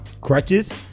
crutches